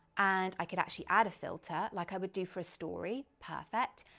and i could actually add a filter like i would do for a story, perfect.